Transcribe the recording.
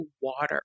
water